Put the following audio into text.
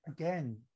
Again